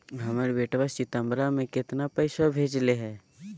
हमर बेटवा सितंबरा में कितना पैसवा भेजले हई?